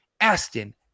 Aston